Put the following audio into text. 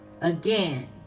again